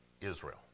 Israel